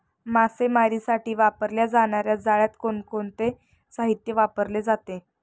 मासेमारीसाठी वापरल्या जाणार्या जाळ्यात कोणते साहित्य वापरले जाते?